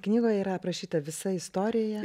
knygoje yra aprašyta visa istorija